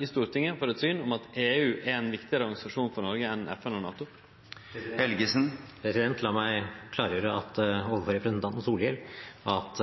i Stortinget for eit syn om at EU er ein viktigare organisasjon for Noreg enn FN og NATO? La meg klargjøre overfor representanten Solhjell at